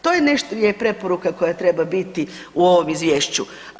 To je nešto, je preporuka koja treba biti u ovom izvješću.